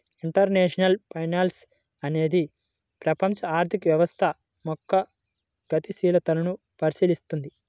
international finance అనేది ప్రపంచ ఆర్థిక వ్యవస్థ యొక్క గతిశీలతను పరిశీలిత్తది